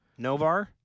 Novar